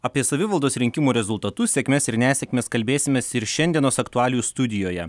apie savivaldos rinkimų rezultatus sėkmes ir nesėkmes kalbėsimės ir šiandienos aktualijų studijoje